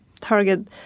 target